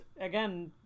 again